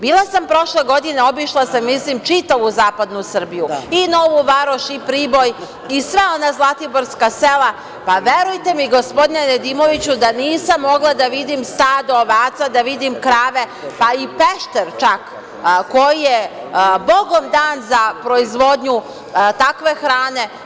Bila sam prošle godine, obišla sam, ja mislim čitavu zapadnu Srbiju i Novu Varoš i Priboj i sva ona zlatiborska sela, pa verujte mi, gospodine Nedimoviću, da nisam mogla da vidi stado ovaca, da vidim krave, pa i Pešter čak, koji je Bogom dan za proizvodnju takve hrane.